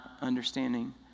understanding